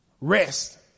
Rest